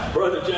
Brother